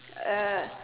uh